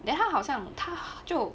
then 他好像他就